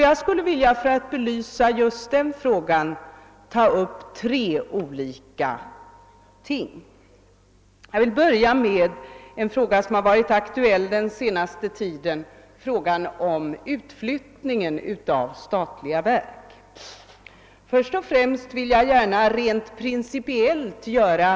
Jag skulle för att belysa just den frågan vilja ta upp tre olika ting. Jag skall börja med en sak som har varit aktuell den senaste tiden, nämligen utflyttningen av statliga verk. Först vill jag då göra en rent principiell deklaration.